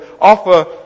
offer